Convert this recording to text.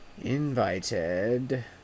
Invited